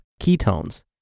ketones